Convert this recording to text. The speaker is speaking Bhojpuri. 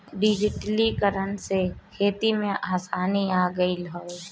डिजिटलीकरण से खेती में आसानी आ गईल हवे